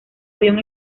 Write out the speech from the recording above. avión